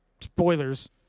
spoilers